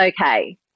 okay